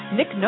Nick